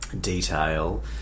detail